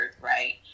right